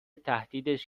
تهدیدش